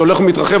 זה הולך ומתרחב.